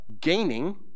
gaining